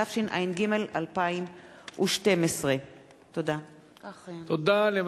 התשע"ג 2012. לקריאה ראשונה,